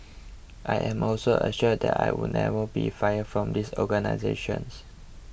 I am also assured that I would never be fired from this organisations